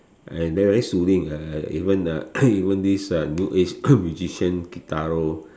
and very soothing uh even uh even this new age musician Kitaro